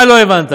מה לא הבנת?